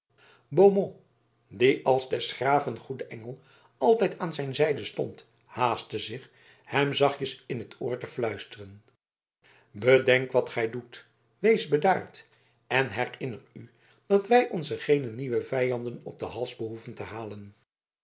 die als des graven goeden engel altijd aan zijn zijde stond haastte zich hem zachtjes in t oor te fluisteren bedenk wat gij doet wees bedaard en herinner u dat wij ons geene nieuwe vijanden op den hals behoeven te halen